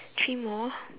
three more